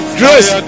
grace